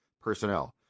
personnel